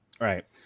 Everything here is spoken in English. Right